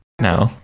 No